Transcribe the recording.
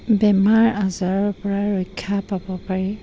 বেমাৰ আজাৰৰ পৰা ৰক্ষা পাব পাৰি